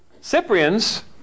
Cyprian's